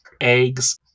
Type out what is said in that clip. eggs